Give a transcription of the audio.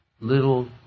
little